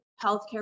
healthcare